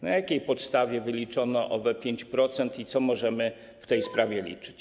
Na jakiej podstawie wyliczono owe 5% i na co możemy w tej sprawie liczyć?